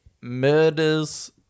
murders